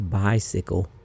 bicycle